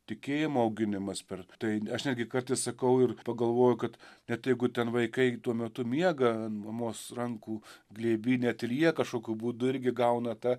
tikėjimo auginimas per tai aš netgi kartais sakau ir pagalvoju kad net jeigu ten vaikai tuo metu miega ant mamos rankų glėby net ir jie kažkokiu būdu irgi gauna tą